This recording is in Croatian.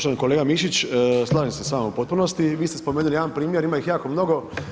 Točno kolega Mišić, slažem se s vama u potpunosti, vi ste spomenuli jedan primjer, ima ih jako mnogo.